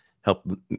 help